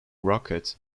rocket